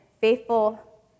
faithful